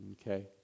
Okay